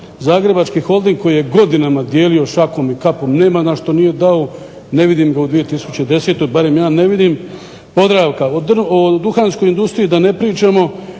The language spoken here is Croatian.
Zagrebački holding koji je godinama dijelio šakom i kapom nema na što nije dao, ne vidim ga u 2010. barem ja ne vidim. Podravka, o duhanskoj industriji da ne pričamo